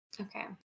Okay